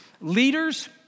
Leaders